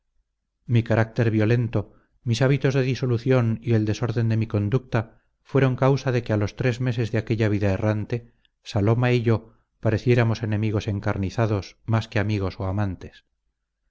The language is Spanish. mi carácter violento mis hábitos de disolución y el desorden de mi conducta fueron causa de que a los tres meses de aquella vida errante saloma y yo pareciéramos enemigos encarnizados más que amigos o amantes